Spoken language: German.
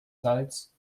salz